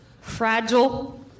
fragile